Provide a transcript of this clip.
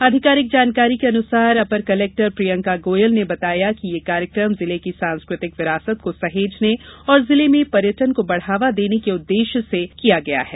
आधिकारिक जानकारी के अनुसार अपर कलेक्टर श्रीमती प्रियंका गोयल ने बताया कि यह कार्यक्रम जिले की सांस्कृतिक विरासतों को सहेजने और जिले में पर्यटन को बढावा देने के उद्देश्य से आयोजित किया गया है